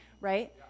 right